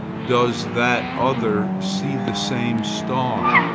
does that other see the same star,